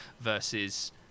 versus